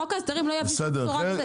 חוק ההסדרים לא יביא בשורה.